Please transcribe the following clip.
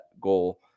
goal